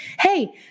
Hey